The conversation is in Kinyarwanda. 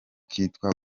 kitwa